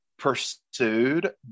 pursued